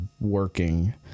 working